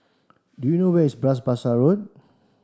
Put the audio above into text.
do you wish Bras Basah